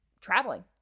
traveling